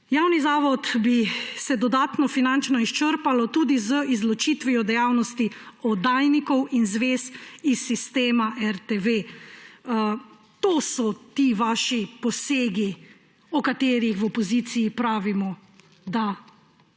Javni zavod bi se dodatno finančno izčrpal tudi z izločitvijo dejavnosti oddajnikov in zvez iz sistema RTV. To so ti vaši posegi, o katerih v opoziciji pravimo, da